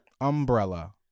Umbrella